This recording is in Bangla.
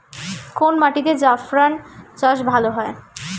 কোন মাটিতে জাফরান চাষ ভালো হয়?